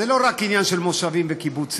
זה לא רק עניין של מושבים וקיבוצים,